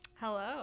Hello